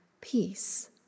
peace